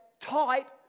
tight